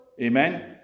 Amen